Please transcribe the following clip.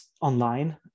online